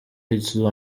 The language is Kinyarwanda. hitler